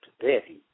today